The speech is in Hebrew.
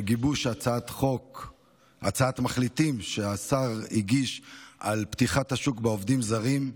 בגיבוש הצעת מחליטים שהשר הגיש על פתיחת השוק לעובדים זרים.